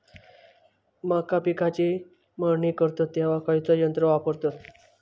मका पिकाची मळणी करतत तेव्हा खैयचो यंत्र वापरतत?